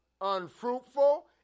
unfruitful